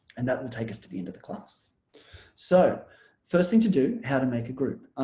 and that will take us to the end of the class so first thing to do how to make a group